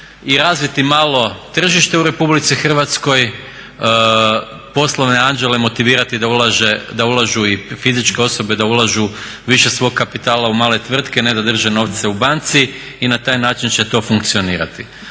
i razviti malo tržište u RH, poslovne anđele motivirati da ulažu i fizičke osobe da ulažu više svog kapitala u male tvrtke, a ne da drže novce u banci. Na taj način će to funkcionirati.